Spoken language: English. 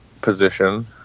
position